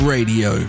Radio